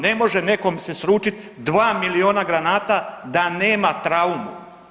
Ne može nekom se sručiti 2 milijuna granata da nema traumu.